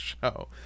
show